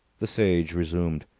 the sage resumed.